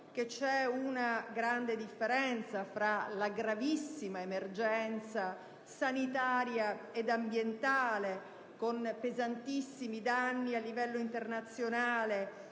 che c'è una grande differenza fra la gravissima emergenza sanitaria ed ambientale, che ha determinato pesantissimi danni a livello internazionale,